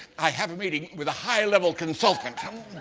i have a meeting with a high-level consultant.